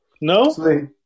no